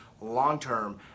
long-term